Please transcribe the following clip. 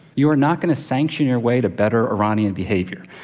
you are not going to sanction your way to better iranian behavior.